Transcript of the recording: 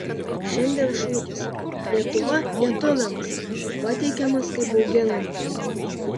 šiandien šūkis lietuva lietuviams pateikiamas kaip bauginantis